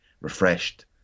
refreshed